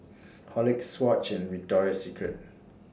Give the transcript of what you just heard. Horlicks Swatch and Victoria Secret